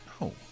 No